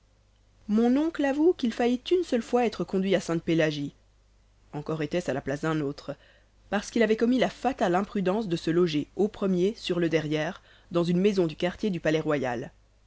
mon oncle avoue qu'il faillit une seule fois être conduit à sainte-pélagie encore était-ce à la place d'un autre parce qu'il avait commis la fatale imprudence de se loger au premier sur le derrière dans une maison du quartier du